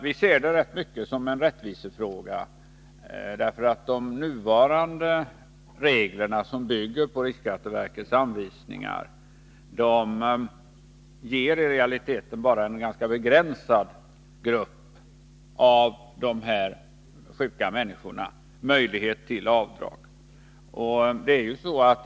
Vi ser det rätt mycket som en rättvisefråga, eftersom de nuvarande reglerna, som bygger på riksskatteverkets anvisningar, i realiteten ger bara en ganska begränsad grupp sjuka människor möjlighet till avdrag.